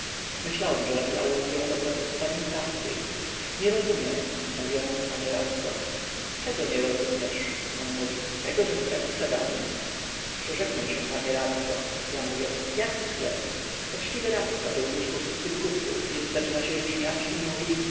mnie no i co już przepraszam mówię ale nie rozumiem myślałem że robi aluzyą do procesu pani stawskiej nie rozumiem mówię panie radco czego nie rozumiesz on mówi tego że sklep sprzedany przeżegnaj się pan panie radco ja mówię jaki sklep poczciwy radca był już po szóstym kuflu więc zaczyna się śmiać i mówi